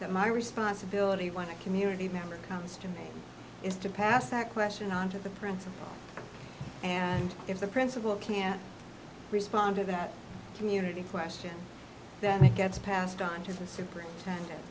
that my responsibility want to community members constantly is to pass that question on to the principal and if the principal can't respond to that community question then it gets passed on to the superintendent